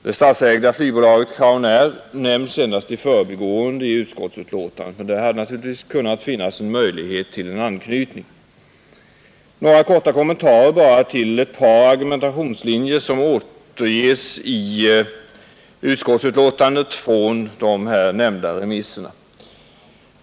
Det statsägda flygbolaget Crownair nämns endast i förbigående i utskottsbetänkandet, men det hade naturligtvis kunnat finnas en möjlighet till en anknytning där. Några korta kommentarer bara till ett par argumentationslinjer som återges i utskottets betänkande och som kommer från de här nämnda remisserna.